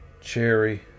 cherry